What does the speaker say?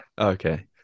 okay